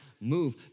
move